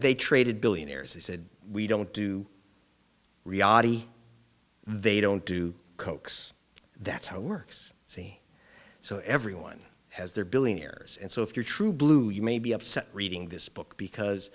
they traded billionaires he said we don't do riyadi they don't do coax that's how it works see so everyone has their billionaires and so if you're true blue you may be upset reading this book because